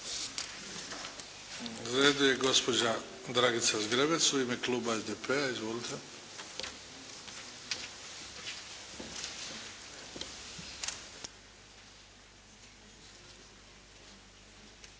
Na redu je gospođa Dragica Zgrebec, u ime kluba SDP-a. Izvolite!